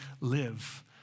live